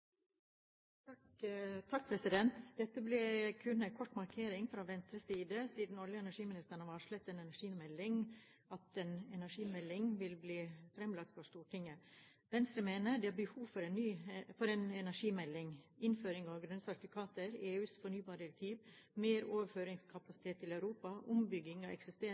energiministeren har varslet at en energimelding vil bli fremlagt for Stortinget. Venstre mener det er behov for en energimelding. Innføring av grønne sertifikater, EUs fornybardirektiv, mer overføringskapasitet til Europa, ombygging av eksisterende oljeinstallasjoner og